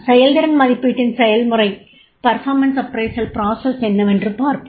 செயல்திறன் மதிப்பீட்டின் செயல்முறை என்னவென்று பார்ப்போம்